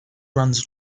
runs